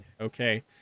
Okay